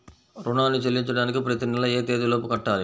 రుణాన్ని చెల్లించడానికి ప్రతి నెల ఏ తేదీ లోపు కట్టాలి?